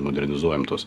modernizuojam tuos